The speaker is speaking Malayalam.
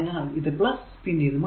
അതിനാൽ ഇത് പിന്നെ ഇത്